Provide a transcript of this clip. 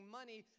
money